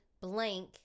blank